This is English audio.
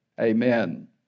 Amen